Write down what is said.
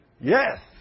Yes